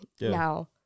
now